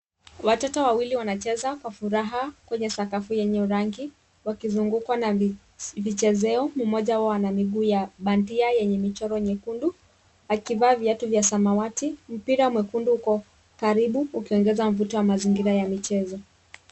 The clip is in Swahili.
Watoto wawili wanaheza kwa furaha kwenye sakafu yenye rangi wakizungukwa na vichezeo. Mmoja wao ana miguu ya bandia yenye michoro nyekundu akivaa viatu vya samawati. Mpira mwekundu uk karinu ukiongeza mvuto wa mazingira ya michezo.